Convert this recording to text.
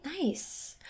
nice